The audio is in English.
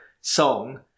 Song